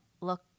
look